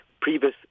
previous